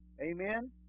Amen